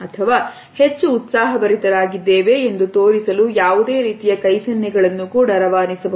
ಅಥವಾ ಹೆಚ್ಚು ಉತ್ಸಾಹಭರಿತರಾಗಿದ್ದೇವೆ ಎಂದು ತೋರಿಸಲು ಯಾವುದೇ ರೀತಿಯ ಕೈಸನ್ನೆ ಗಳನ್ನು ಕೂಡ ರವಾನಿಸಬಹುದು